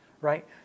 Right